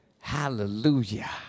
Hallelujah